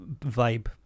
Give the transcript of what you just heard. vibe